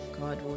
god